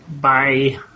Bye